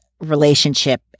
relationship